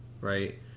right